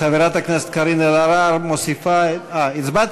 חברת הכנסת קארין אלהרר מוסיפה, אה, הצבעת?